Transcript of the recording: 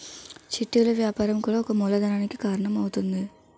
చిట్టీలు వ్యాపారం కూడా ఒక మూలధనానికి కారణం అవుతుంది